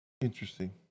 interesting